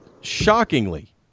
Shockingly